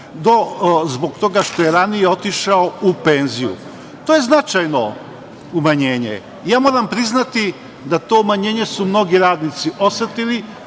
zbog toga što je ranije otišao u penziju. To je značajno umanjenje. Moram priznati da su to umanjenje mnogi radnici osetili,